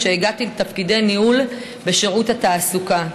שהגעתי לתפקידי ניהול בשירות התעסוקה.